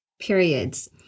periods